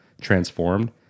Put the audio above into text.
transformed